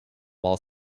while